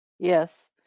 Yes